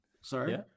Sorry